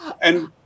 and-